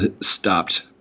stopped